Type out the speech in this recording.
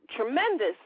tremendous